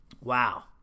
Wow